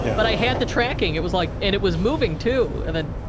but, i had the tracking, it was like, and it was moving too, and then,